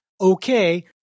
okay